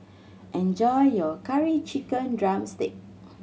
enjoy your Curry Chicken drumstick